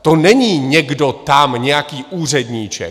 To není někdo tam, nějaký úředníček.